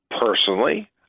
personally